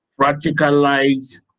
practicalize